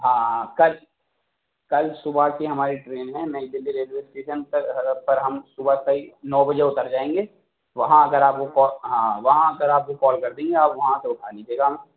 ہاں ہاں کل کل صُبح کی ہماری ٹرین ہے نئی دلّی ریلوے اسٹیشن پر پر ہم صُبح صحیح نو بجے اُتر جائیں گے وہاں اگر آپ کو ہاں وہاں اگر آپ کو کال کر دی آپ وہاں سے اُٹھا لیجیے گا